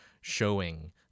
showing